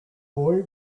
boy